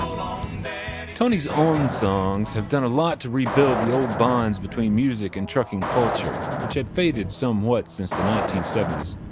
um tony's own songs have done a lot to rebuild the old bonds between music and trucking culture, which had faded somewhat since the nineteen seventy s.